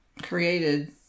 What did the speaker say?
created